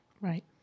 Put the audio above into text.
Right